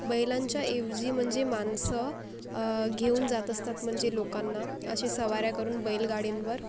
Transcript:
बैलांच्या ऐवजी म्हणजे माणसं घेऊन जात असतात म्हणजे लोकांना असे सवाऱ्या करून बैलगाडींवर